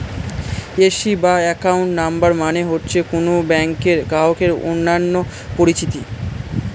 AC বা account number মানে হচ্ছে কোন ব্যাংকের গ্রাহকের অন্যান্য পরিচিতি